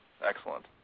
excellent